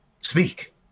speak